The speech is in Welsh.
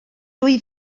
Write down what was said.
wyf